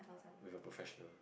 with a professional